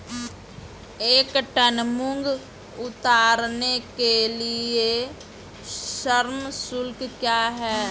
एक टन मूंग उतारने के लिए श्रम शुल्क क्या है?